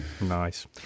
nice